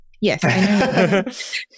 Yes